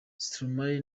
stromae